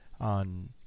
on